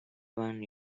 want